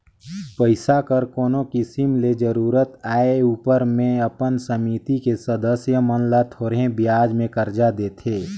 पइसा कर कोनो किसिम ले जरूरत आए उपर में अपन समिति के सदस्य मन ल थोरहें बियाज में करजा देथे